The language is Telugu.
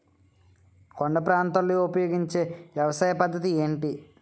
కొండ ప్రాంతాల్లో ఉపయోగించే వ్యవసాయ పద్ధతి ఏంటి?